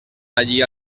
allí